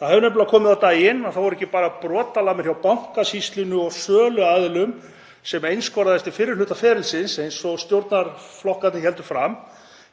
Það hefur nefnilega komið á daginn að það voru ekki bara brotalamir hjá Bankasýslunni og söluaðilum sem einskorðuðust við fyrri hluta ferilsins, eins og stjórnarflokkarnir héldu fram,